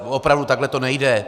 Ale opravdu takhle to nejde.